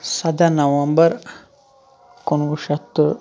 سَداہ نومبر کُنوُہ شیٚتھ تہٕ